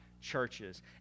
churches